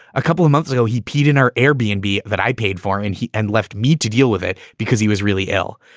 a couple of months ago he peed in our air bmb that i paid for and he and left me to deal with it because he was really ill.